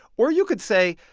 or you could say,